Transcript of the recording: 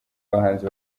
abahanzi